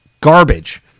garbage